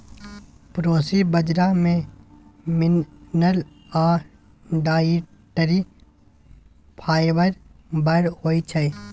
proso बजरा मे mineral आ डाइटरी फाइबर बड़ होइ छै